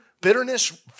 bitterness